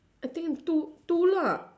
I think two two lah